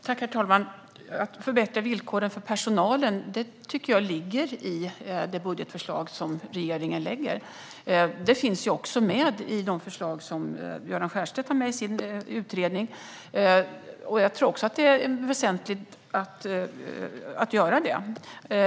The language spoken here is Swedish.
Herr talman! Att förbättra villkoren för personalen tycker jag ligger i regeringens budgetförslag, och det finns med bland förslagen i Göran Stiernstedts utredning. Det är väsentligt att göra detta.